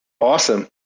Awesome